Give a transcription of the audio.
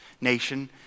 nation